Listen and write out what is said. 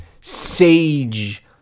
sage